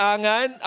Angan